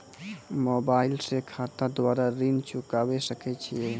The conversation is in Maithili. मोबाइल से खाता द्वारा ऋण चुकाबै सकय छियै?